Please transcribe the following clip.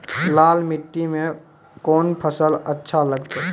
लाल मिट्टी मे कोंन फसल अच्छा लगते?